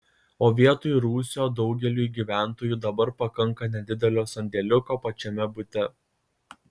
o vietoj rūsio daugeliui gyventojų dabar pakanka nedidelio sandėliuko pačiame bute